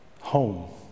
home